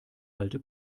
alte